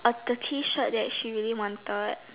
a the T shirt that she really wanted